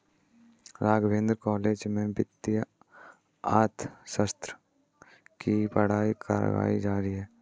Raghavendra college में वित्तीय अर्थशास्त्र की पढ़ाई करवायी जाती है